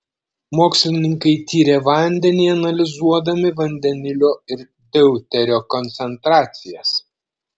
mokslininkai tyrė vandenį analizuodami vandenilio ir deuterio koncentracijas